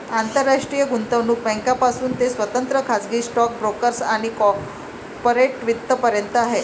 आंतरराष्ट्रीय गुंतवणूक बँकांपासून ते स्वतंत्र खाजगी स्टॉक ब्रोकर्स आणि कॉर्पोरेट वित्त पर्यंत आहे